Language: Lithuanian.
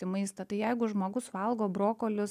į maistą tai jeigu žmogus valgo brokolius